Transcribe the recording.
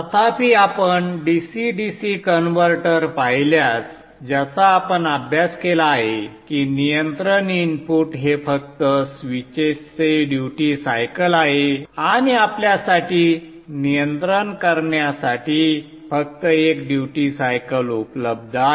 तथापि आपण dc dc converter पाहिल्यास ज्याचा आपण अभ्यास केला आहे की नियंत्रण इनपुट हे फक्त स्विचेसचे ड्यूटी सायकल आहे आणि आपल्यासाठी नियंत्रण करण्यासाठी फक्त एक ड्यूटी सायकल उपलब्ध आहे